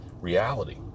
reality